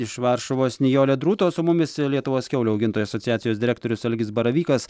iš varšuvos nijolė drūto o su mumis lietuvos kiaulių augintojų asociacijos direktorius algis baravykas